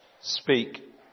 speak